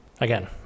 Again